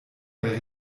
bei